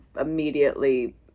immediately –